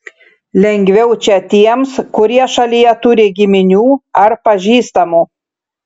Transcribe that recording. lengviau čia tiems kurie šalyje turi giminių ar pažįstamų